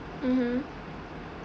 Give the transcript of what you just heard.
mmhmm